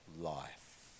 life